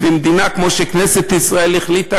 והיא מדינה כמו שכנסת ישראל החליטה,